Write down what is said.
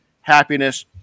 happiness